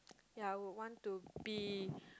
ya I would want to be